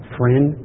friend